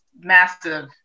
massive